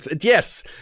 Yes